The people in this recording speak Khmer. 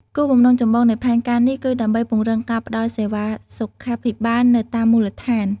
គោលបំណងចម្បងនៃផែនការនេះគឺដើម្បីពង្រឹងការផ្តល់សេវាសុខាភិបាលនៅតាមមូលដ្ឋាន។